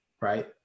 right